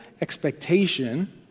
expectation